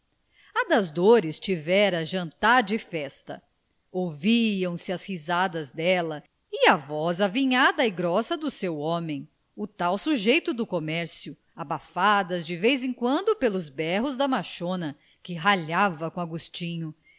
das dores tivera jantar de festa ouviam-se as risadas dela e a voz avinhada e grossa do seu homem o tal sujeito do comércio abafadas de vez em quando pelos berros da machona que ralhava com agostinho